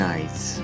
Nights